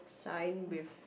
sign with